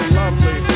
lovely